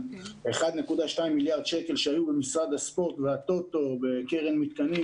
1.2 מיליארד שקלים שהיו במשרד הספורט והטוטו בקרן מתקנים,